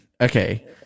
Okay